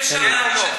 אי-אפשר, כן או לא?